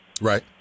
Right